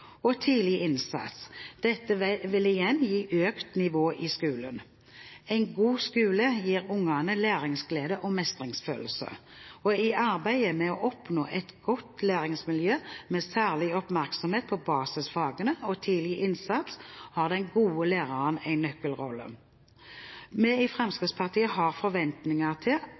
og tidlig innsats. Dette vil igjen gi økt nivå i skolen. En god skole gir ungene læringsglede og mestringsfølelse. I arbeidet med å oppnå et godt læringsmiljø, med særlig oppmerksomhet på basisfagene og tidlig innsats, har den gode læreren en nøkkelrolle. Vi i